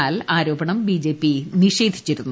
എന്നാൽ ആരോപണം B J P നിഷേധിച്ചിരുന്നു